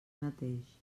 mateix